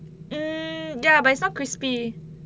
hmm ya but some crispy